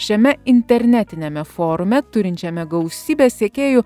šiame internetiniame forume turinčiame gausybę sekėjų